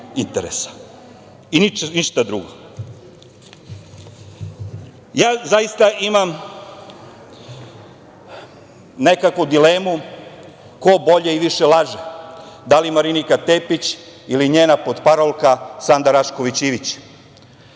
i ništa drugo. Zaista imam nekako dilemu ko bolje i više laže, da li Marinika Tepić, ili njena potparolka Sanda Rašković Ivić,